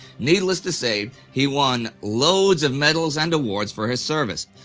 needless to say, he won loads of medals and awards for his service.